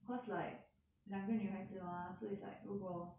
cause like 两个女孩子 mah so it's like 如果